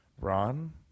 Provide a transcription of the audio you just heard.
Ron